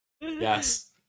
Yes